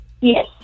Yes